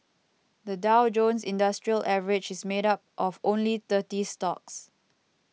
the Dow Jones Industrial Average is made up of only thirty stocks